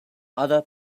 other